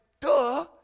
duh